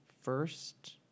first